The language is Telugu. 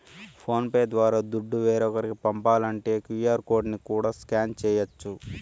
ఫోన్ పే ద్వారా దుడ్డు వేరోకరికి పంపాలంటే క్యూ.ఆర్ కోడ్ ని కూడా స్కాన్ చేయచ్చు